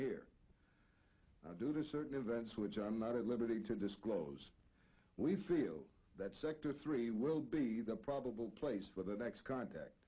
hear do the certain events which are not at liberty to disclose we feel that sector three will be the probable place for the next contact